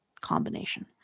combination